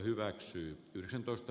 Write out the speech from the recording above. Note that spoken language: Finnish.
arvoisa puhemies